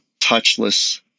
touchless